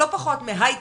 לא פחות מהייטק,